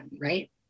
right